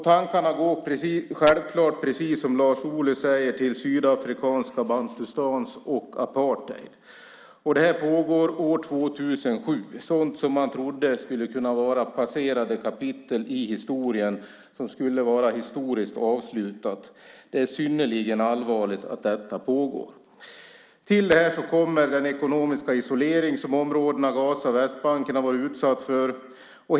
Tankarna går självklart, precis som Lars Ohly säger, till sydafrikanska bantustans och apartheid. Det här pågår år 2007, sådant som man trodde skulle kunna vara passerade kapitel i historien, som skulle vara historiskt avslutat. Det är synnerligen allvarligt att detta pågår. Till det här kommer den ekonomiska isolering som områdena Gaza och Västbanken har varit utsatta för.